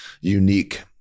unique